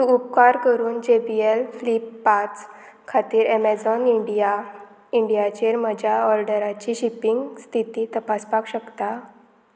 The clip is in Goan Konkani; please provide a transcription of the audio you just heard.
तूं उपकार करून जे बी एल फ्लिपकार्ट्स खातीर एमेझॉन इंडिया इंडियाचेर म्हज्या ऑर्डराची शिपींग स्थिती तपासपाक शकता